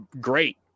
great